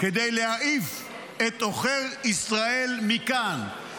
כדי להעיף את עוכר ישראל מכאן.